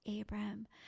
Abram